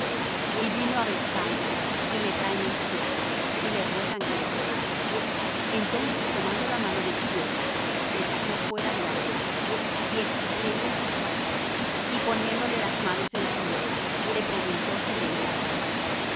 y vino á bethsaida y le traen un ciego y le ruegan que le tocase entonces tomando la mano del ciego le sacó fuera de la aldea y escupiendo en sus ojos y poniéndole las manos encima le preguntó si veía algo